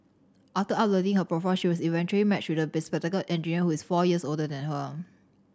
after uploading her profile she was eventually matched with a bespectacled engineer who is four years older than her